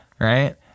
right